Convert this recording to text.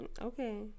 Okay